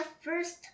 first